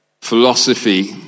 philosophy